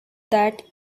that